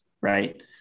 Right